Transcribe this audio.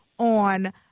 on